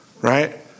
right